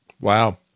Wow